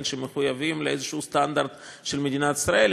שמחויבים לאיזשהו סטנדרט של מדינת ישראל,